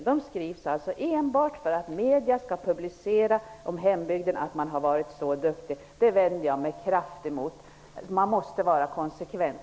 Sådana motioner skrivs enbart för att man skall få publicitet i medierna så att det framgår att man har varit duktig och tagit upp sin hembygd. Det vänder jag mig kraftfullt emot. Man måste vara konsekvent.